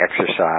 exercise